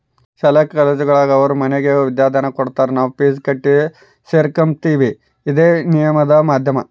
ಶಾಲಾ ಕಾಲೇಜುಗುಳಾಗ ಅವರು ನಮಗೆ ವಿದ್ಯಾದಾನ ಕೊಡತಾರ ನಾವು ಫೀಸ್ ಕಟ್ಟಿ ಸೇರಕಂಬ್ತೀವಿ ಇದೇ ವಿನಿಮಯದ ಮಾಧ್ಯಮ